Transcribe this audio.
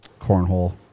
cornhole